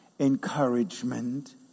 Encouragement